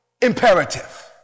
imperative